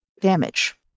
damage